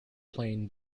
plain